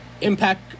Impact